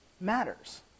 matters